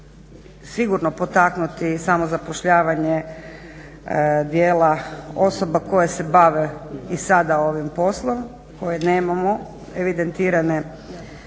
sigurno potaknuti samozapošljavanje dijela osoba koje se bave i sada sa ovim poslom koje nemamo evidentirane